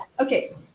Okay